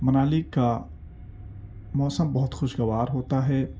منالی کا موسم بہت خوشگوار ہوتا ہے